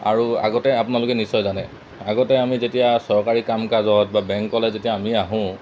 আৰু আগতে আপোনালোকে নিশ্চয় জানে আগতে আমি যেতিয়া চৰকাৰী কাম কাজত বা বেংকলৈ যেতিয়া আমি আহোঁ